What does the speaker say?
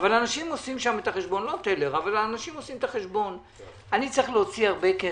אבל אנשים עושים את החשבון אני צריך להוציא הרבה כסף,